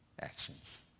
actions